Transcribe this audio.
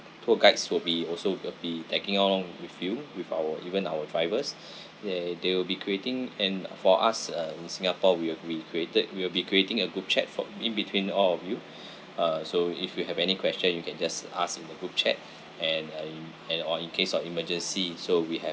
tour guides will be also will be tagging along with you with our even our drivers they they will be creating and for us uh in singapore we will be created we will be creating a group chat for in between all of you uh so if you have any question you can just ask in the group chat and uh in and or in case of emergency so we have